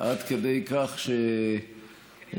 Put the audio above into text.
עד כדי כך, וסיעתך לא מתנגדת.